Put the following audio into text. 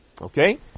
Okay